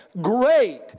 great